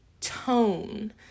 tone